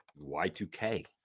Y2K